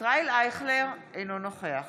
ישראל אייכלר, אינו נוכח